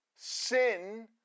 sin